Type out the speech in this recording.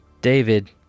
David